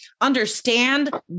understand